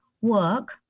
work